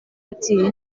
ati